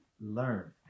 learn